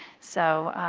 so,